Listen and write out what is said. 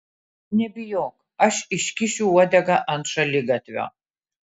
nebijok aš iškišiu uodegą ant šaligatvio